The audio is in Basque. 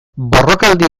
borrokaldi